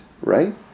right